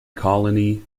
colony